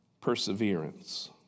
perseverance